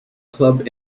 club